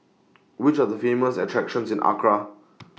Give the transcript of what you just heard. Which Are The Famous attractions in Accra